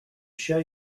show